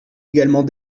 également